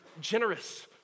generous